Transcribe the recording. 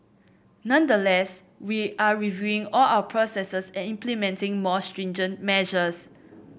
nonetheless we are reviewing all our processes and implementing more stringent measures